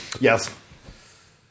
Yes